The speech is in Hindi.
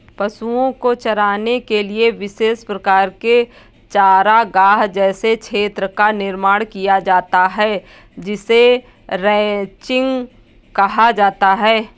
पशुओं को चराने के लिए विशेष प्रकार के चारागाह जैसे क्षेत्र का निर्माण किया जाता है जिसे रैंचिंग कहा जाता है